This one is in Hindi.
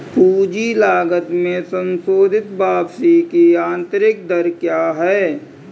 पूंजी लागत में संशोधित वापसी की आंतरिक दर क्या है?